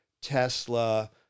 Tesla